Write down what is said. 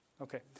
Okay